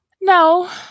No